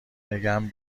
نگم